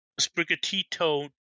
Sprigatito